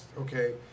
okay